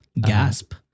Gasp